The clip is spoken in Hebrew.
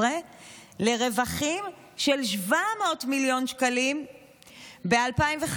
לרווחים של 700 מיליון שקלים ב-2015,